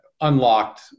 unlocked